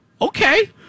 okay